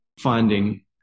finding